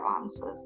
answers